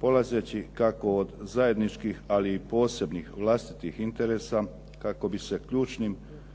polazeći kako od zajedničkih, ali i posebnih vlastitih interesa kako bi se ključnim